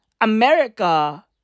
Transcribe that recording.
America